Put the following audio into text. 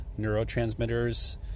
neurotransmitters